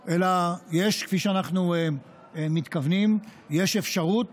אלא, כפי שאנחנו מתכוונים, יש אפשרות